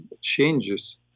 changes